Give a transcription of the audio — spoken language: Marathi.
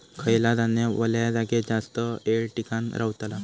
खयला धान्य वल्या जागेत जास्त येळ टिकान रवतला?